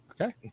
Okay